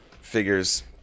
figures